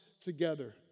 together